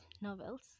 novels